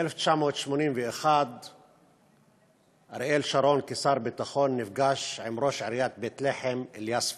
ב-1981 אריאל שרון כשר ביטחון נפגש עם ראש עיריית בית-לחם אליאס פריג'.